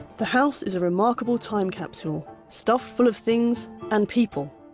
the house is a remarkable time capsule, stuffed full of things and people.